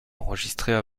enregistrées